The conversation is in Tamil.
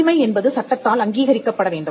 உரிமை என்பது சட்டத்தால் அங்கிகரிக்கப்படவேண்டும்